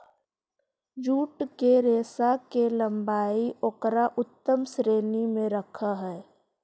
jute के रेशा के लम्बाई उकरा उत्तम श्रेणी में रखऽ हई